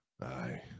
Aye